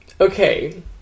Okay